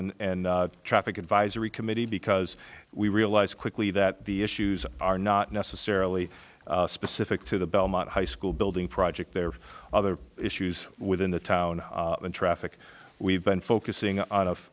town and traffic advisory committee because we realized quickly that the issues are not necessarily specific to the belmont high school building project there are other issues within the town and traffic we've been focusing on of